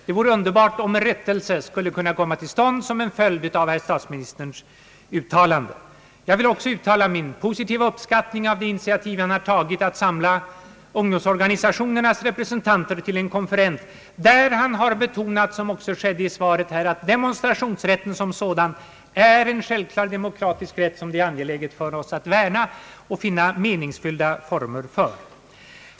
Det vore underbart om en rättelse skulle kunna komma till stånd som en följd av herr statsministerns uttalande. Vidare vill jag uttala min uppskattning av det initiativ herr statsministern har tagit att samla ungdomsorganisationernas representanter till en konferens, där statsministern betonat — vilket också skedde här i svaret — att demonstrationsrätten som sådan är en självklar demokratisk rätt, som det är angeläget för oss att värna och finna meningsfyllda former för.